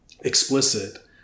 explicit